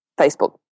Facebook